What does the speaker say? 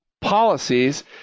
policies